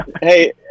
Hey